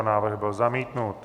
Návrh byl zamítnut.